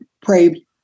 pray